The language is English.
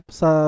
sa